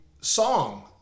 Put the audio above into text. song